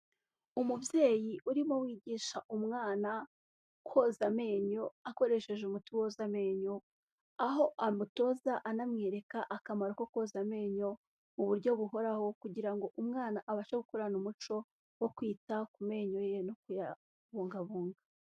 Umubyeyi urimo wigisha umwana koza amenyo akoresheje umuti woza amenyo, aho amutoza anamwereka akamaro ko koza amenyo mu buryo buhoraho kugira ngo umwana abashe gukorana umuco wo kwita ku menyo ye no kuyabungabunga.